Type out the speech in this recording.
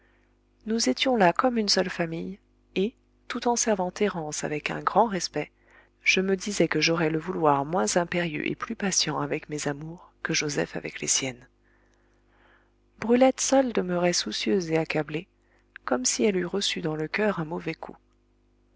nous étions là comme une seule famille et tout en servant thérence avec un grand respect je me disais que j'aurais le vouloir moins impérieux et plus patient avec mes amours que joseph avec les siennes brulette seule demeurait soucieuse et accablée comme si elle eût reçu dans le coeur un mauvais coup